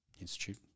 Institute